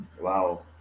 Wow